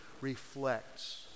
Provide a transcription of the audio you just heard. reflects